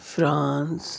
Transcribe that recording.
France